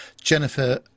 jennifer